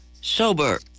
sober